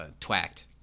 twacked